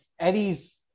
Eddie's